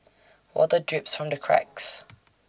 water drips from the cracks